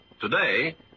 Today